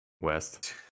west